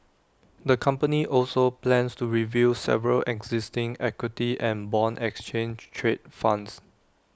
the company also plans to review several existing equity and Bond exchange trade funds